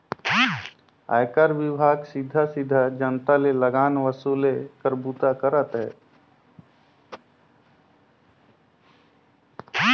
आयकर विभाग सीधा सीधा जनता ले लगान वसूले कर बूता करथे